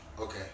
okay